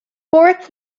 fourth